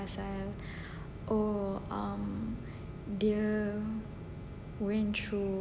oh um dia went through